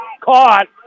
caught